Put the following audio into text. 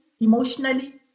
emotionally